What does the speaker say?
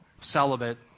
celibate